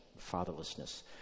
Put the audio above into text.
fatherlessness